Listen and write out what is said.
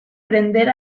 prender